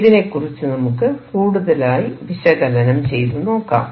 ഇതിനെകുറിച്ച് നമുക്ക് കൂടുതലായി വിശകലനം ചെയ്തു നോക്കാം